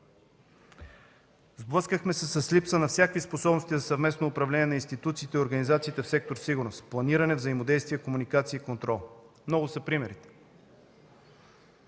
Сблъскахме се с липса на всякакви способности за съвместно управление на институциите и организациите в сектор „Сигурност” – планиране, взаимодействие, комуникации и контрол. Много са примерите.